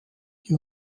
die